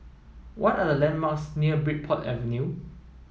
what are the landmarks near Bridport Avenue